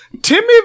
Timmy